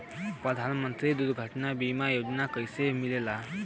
प्रधानमंत्री दुर्घटना बीमा योजना कैसे मिलेला?